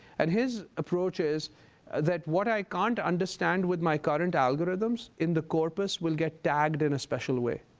and his approach is that what i can't understand with my current algorithms in the corpus will get tagged in a special way.